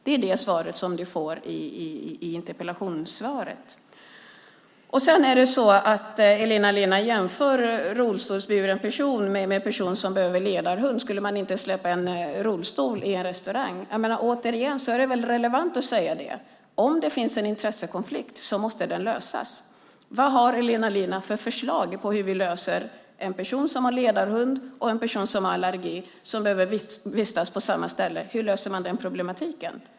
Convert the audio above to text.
Det är det svar som Elina Linna har fått i det skriftliga interpellationssvaret. Elina Linna jämför en rullstolsburen person med en person som behöver ledarhund och frågar om man inte skulle släppa in en rullstol på en restaurang. Återigen är det väl relevant att säga följande: Om det finns en intressekonflikt måste den lösas. Vad har Elina Linna för förslag på hur vi löser problematiken med en person som har ledarhund och en person som har allergi och som behöver vistas på samma ställe?